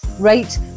rate